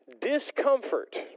discomfort